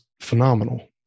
phenomenal